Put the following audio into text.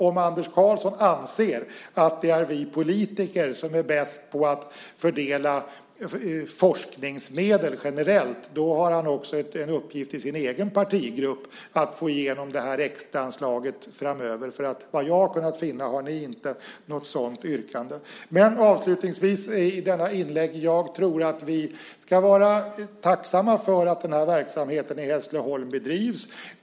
Om Anders Karlsson anser att det är vi politiker som är bäst på att fördela forskningsmedel generellt har han också en uppgift i sin egen partigrupp att få igenom extraanslaget framöver. Vad jag har kunnat finna har ni inte något sådant yrkande. Avslutningsvis i detta inlägg vill jag säga att jag tror att vi ska vara tacksamma för att verksamheten i Hässleholm bedrivs.